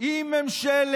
אין הסדרה